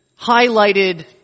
highlighted